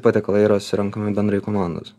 patiekalai yra surenkami bendrai komandos